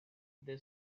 they